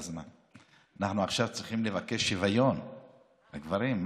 עכשיו אנחנו צריכים לבקש שוויון לגברים.